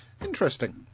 Interesting